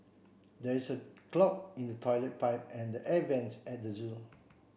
there is a clog in the toilet pipe and the air vents at the zoo